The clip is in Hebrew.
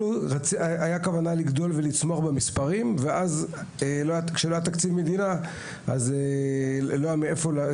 הייתה כוונה להגדיל את המספרים אבל לא היה תקציב מדינה ולא היה מאיפה,